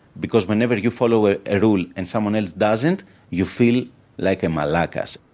because whenever you follow ah a rule and someone else doesn't you feel like a malakas.